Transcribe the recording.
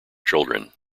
children